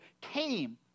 came